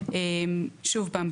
ששוב פעם,